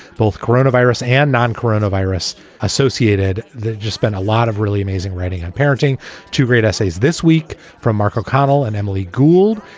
both coronavirus and non-current, a virus associated. they've just spent a lot of really amazing writing on parenting to read essays this week from mark oconnell and emily gould,